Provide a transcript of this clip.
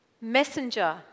Messenger